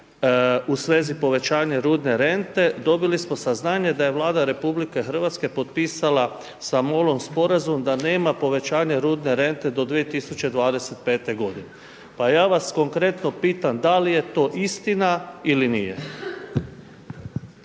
u svezi povećanja rudne rente dobili smo saznanje da je Vlada RH potpisala sa MOL-om sporazum da nema povećanja rudne rente do 2025. godine. Pa ja vas konkretno pitam da li je to istina ili nije?